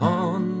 on